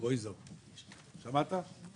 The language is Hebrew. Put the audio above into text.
קרויזר, שמעת?